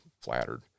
flattered